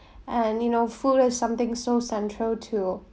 and you know food is something so central to